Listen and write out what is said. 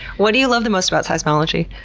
what do you love the most about seismology?